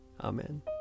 Amen